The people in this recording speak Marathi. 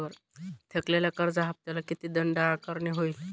थकलेल्या कर्ज हफ्त्याला किती दंड आकारणी होईल?